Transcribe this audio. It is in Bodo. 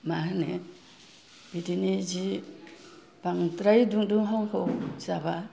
मा होनो बिदिनो जि बांद्राय दुं दुं दुंहाव जाबा